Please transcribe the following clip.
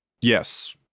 Yes